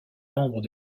membres